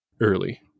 early